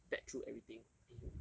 vet through everything and he